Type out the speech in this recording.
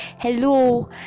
hello